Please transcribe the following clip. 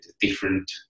different